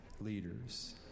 leaders